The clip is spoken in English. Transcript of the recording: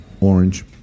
Orange